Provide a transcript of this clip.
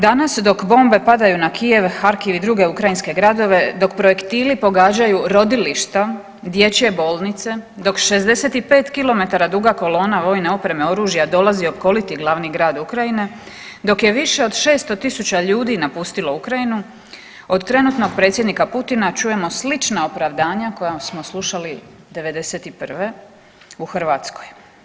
Danas dok bombe padaju na Kijev, Harkiv i druge ukrajinske gradove dok projektili pogađaju rodilišta, dječje bolnice, dok 65 km duga kolona vojne opreme, oružja dolazi opkoliti glavni grad Ukrajine, dok je više od 600.000 ljudi napustilo Ukrajinu od trenutnog predsjednika Putina čujemo slična opravdanja koja smo slušali '91. u Hrvatskoj.